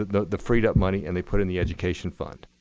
the the freed up money, and they put in the education fund,